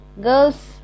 Girls